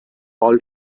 all